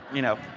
you know,